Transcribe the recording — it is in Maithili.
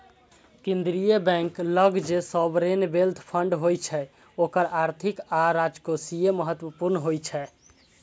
केंद्रीय बैंक लग जे सॉवरेन वेल्थ फंड होइ छै ओकर आर्थिक आ राजकोषीय महत्व होइ छै